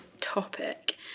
topic